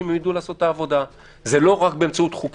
ומי שנושם את האוויר בתא מס' 1- -- אתה לוקח מישהו בבידוד לשם?